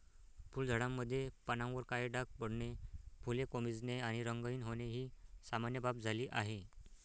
फुलझाडांमध्ये पानांवर काळे डाग पडणे, फुले कोमेजणे आणि रंगहीन होणे ही सामान्य बाब झाली आहे